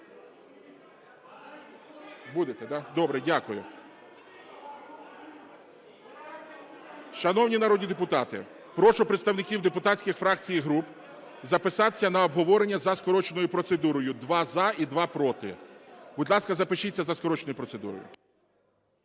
Будете, да? Добре. Дякую. Шановні народні депутати, прошу представників депутатських фракцій і груп записатися на обговорення за скороченою процедурою: два – за і два – проти. Будь ласка, запишіться за скороченою процедурою.